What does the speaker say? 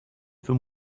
für